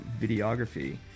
videography